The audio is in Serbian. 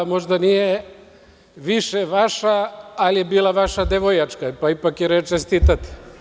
Možda nije više vaša, ali je bila vaša devojačka, pa je ipak red čestitati.